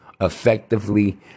effectively